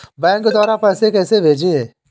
Bank द्वारा पैसे कैसे भेजें?